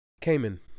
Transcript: Cayman